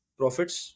profits